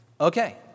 okay